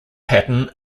pattern